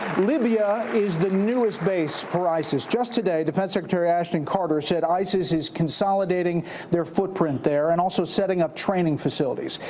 libya is the newest base for isis. just today, defense secretary ashton carter said isis is consolidating their footprint there and also setting up training facilities.